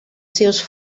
seus